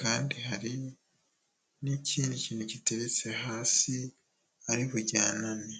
Kandi hari n'ikindi kintu giteretse hasi ari bujyanane.